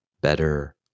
better